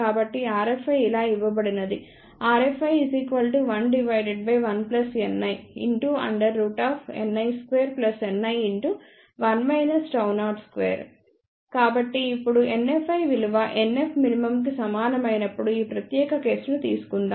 కాబట్టి rFi ఇలా ఇవ్వబడినది rFi11NiNi2Ni1 02 కాబట్టి ఇప్పుడు NFi విలువ NFmin కి సమానమైనప్పుడు ఈ ప్రత్యేక కేసును తీసుకుందాం